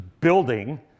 building